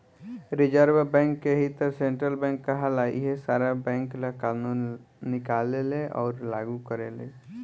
reserve bank के ही त सेन्ट्रल बैंक कहाला इहे सारा बैंक ला कानून निकालेले अउर लागू करेले